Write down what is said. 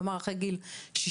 כלומר אחרי גיל 67,